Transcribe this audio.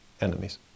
enemies